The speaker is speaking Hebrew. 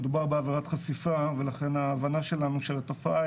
מדובר בעבירת חשיפה ולכן ההבנה שלנו שהתופעה